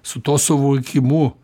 su tuo suvokimu